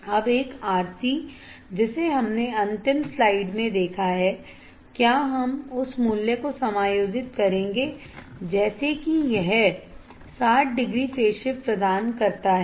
अब एक RC जिसे हमने अंतिम स्लाइड में देखा है क्या हम उस मूल्य को समायोजित करेंगे जैसे कि यह 60 डिग्री फेज शिफ्ट प्रदान करता है